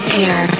air